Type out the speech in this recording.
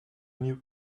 new